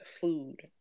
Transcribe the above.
food